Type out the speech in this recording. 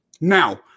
Now